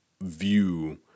view